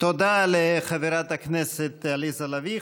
תודה לחברת הכנסת עליזה לביא.